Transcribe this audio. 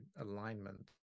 alignment